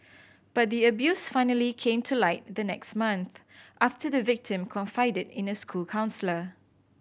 but the abuse finally came to light the next month after the victim confided in a school counsellor